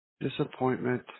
Disappointment